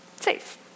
safe